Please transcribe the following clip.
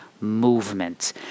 movement